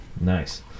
Nice